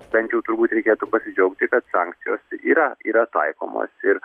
bent jau turbūt reikėtų pasidžiaugti kad sankcijos yra yra taikomos ir